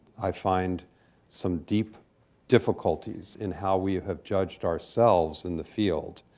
i find some deep difficulties in how we have judged ourselves in the field.